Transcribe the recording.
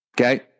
Okay